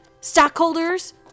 Stockholders